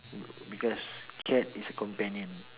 mm because cat is companion